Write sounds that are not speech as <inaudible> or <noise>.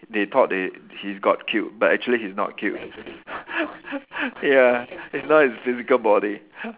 they thought that he he's got killed but actually he's not killed <laughs> ya it's not his physical body